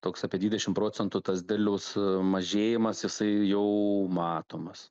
toks apie dvidešim procentų tas derliaus mažėjimas jisai jau matomas